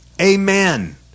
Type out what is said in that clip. Amen